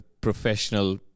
professional